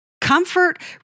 Comfort